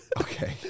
Okay